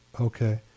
Okay